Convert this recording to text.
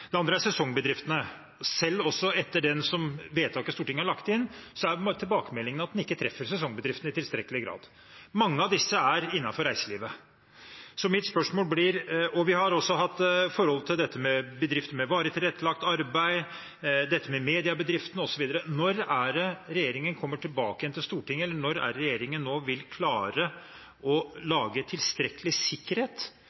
Det andre er sesongbedriftene. Selv også etter det vedtaket Stortinget har lagt inn, er tilbakemeldingene at det ikke treffer sesongbedriftene i tilstrekkelig grad. Mange av disse er innenfor reiselivet. Vi har også bedrifter med varig tilrettelagt arbeid, mediebedrifter osv. Så mitt spørsmål blir: Når kommer regjeringen tilbake til Stortinget? Når vil regjeringen klare å lage tilstrekkelig sikkerhet for at de ordningene som er behandlet og sagt fra om i Stortinget,